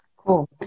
Cool